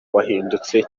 wahindutse